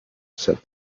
said